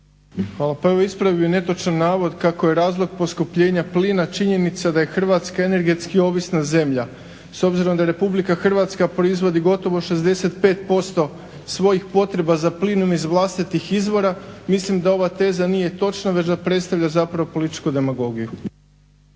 (HDSSB)** Pa ispravio bih netočan navod kako je razlog poskupljenja plina činjenica da je Hrvatska energetski ovisna zemlja. S obzirom da Republika Hrvatska proizvodi gotovo 65% svojih potreba za plinom iz vlastitih izvora mislim da ova teza nije točna već da predstavlja zapravo političku demagogiju.